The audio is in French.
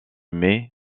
mais